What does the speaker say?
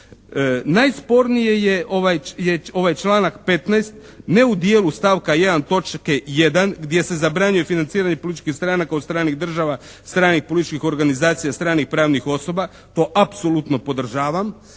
Najsporniji je ovaj članak 15. ne u dijelu stavka 1. točke 1. gdje se zabranjuje financiranje političkih stranaka od stranih država, stranih političkih organizacija, stranih pravnih osoba to apsolutno podržavam